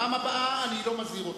בפעם הבאה אני לא מזהיר אותך.